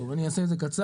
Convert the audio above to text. טוב, אני אעשה את זה קצר.